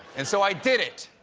and so i did it.